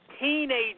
teenage